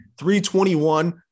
321